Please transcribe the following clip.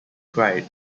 cried